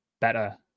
better